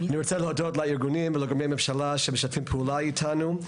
אני רוצה להודות לארגונים ולארגוני הממשלה שמשתפים פעולה איתנו.